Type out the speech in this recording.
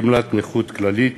גמלת נכות כללית,